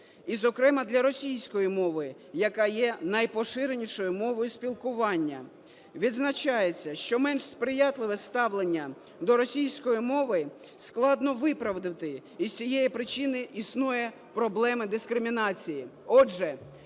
і зокрема для російської мови, яка є найпоширенішою мовою спілкування. Відзначається, що менш сприятливе ставлення до російської мови складно виправдати. І з цієї причини існує проблема дискримінації.